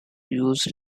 uses